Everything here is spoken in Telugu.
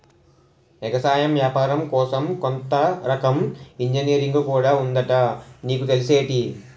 ఎగసాయం ఏపారం కోసం కొత్త రకం ఇంజనీరుంగు కూడా ఉందట నీకు తెల్సేటి?